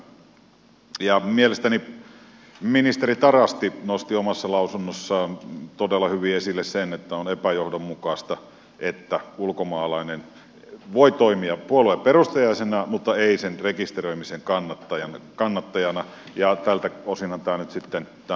mielestäni ministeri tarasti nosti omassa lausunnossaan todella hyvin esille sen että on epäjohdonmukaista että ulkomaalainen voi toimia puolueen perustajajäsenenä mutta ei sen rekisteröimisen kannattajana ja tältä osinhan tämä nyt sitten tämän epäkohdan poistaa